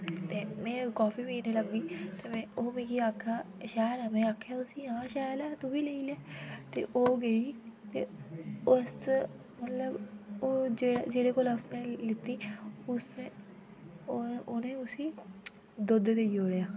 ते मैं काफी पीने लग्गी ते ओह् मिगी आक्खेआ शैल ऐ मैं आक्खेआ उस्सी आ शैल ऐ तु बी पी ले ते ओ ते उस्स मतलब जेह्डे कोला असेई लैती उसनै औने उस्सी दुद देई उड़ेआ